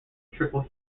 triple